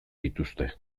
dituzte